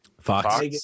fox